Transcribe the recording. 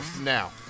now